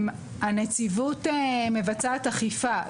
הנציבות מבצעת אכיפה.